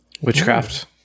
Witchcraft